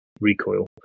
Recoil